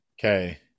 Okay